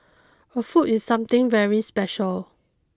a foot is something very special